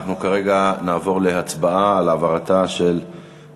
נעבור להצבעה על העברת ההצעה